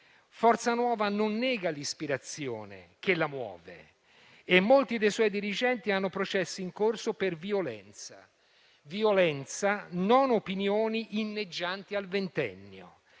Forza Nuova non nega l'ispirazione che la muove e molti dei suoi dirigenti hanno processi in corso per violenza, non per opinioni inneggianti al Ventennio: